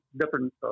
different